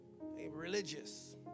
religious